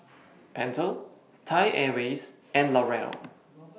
Pentel Thai Airways and L'Oreal